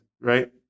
right